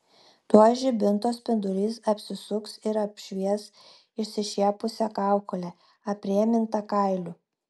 tuoj žibinto spindulys apsisuks ir apšvies išsišiepusią kaukolę aprėmintą kailiu